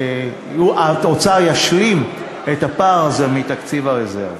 האוצר ישלים את הפער הזה מתקציב הרזרבות.